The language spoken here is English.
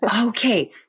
Okay